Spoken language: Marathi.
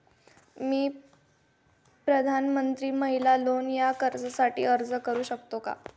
मी प्रधानमंत्री महिला लोन या कर्जासाठी अर्ज करू शकतो का?